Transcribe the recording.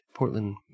Portland